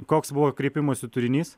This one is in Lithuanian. koks buvo kreipimosi turinys